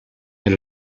had